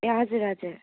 ए हजुर हजुर